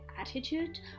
attitude